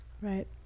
right